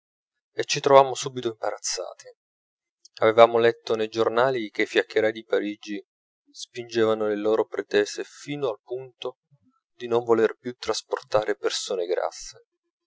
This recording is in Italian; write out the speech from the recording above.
e ci trovammo subito imbarazzati avevamo letto nei giornali che i fiaccherai di parigi spingevano le loro pretese fino al punto di non voler più trasportare persone grasse